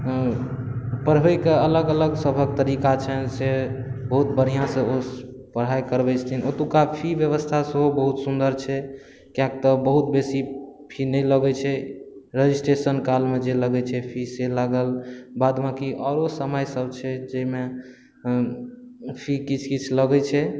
पढ़बै के अलग अलग सभक तरीका छनि से बहुत बढ़िऑं सँ ओ पढ़ाइ करबै छथिन ओतुका फी ब्यबस्था सेहो बहुत सुन्दर छै किआकि तऽ बहुत बेसी फी नहि लगै छै रजिस्ट्रेशन काल मे जे लगै छै फीस से लागल बाद बाकी आओरो समय सभ छै जाहिमे फी किछु किछु लगै छै